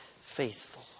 faithful